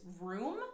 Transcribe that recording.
room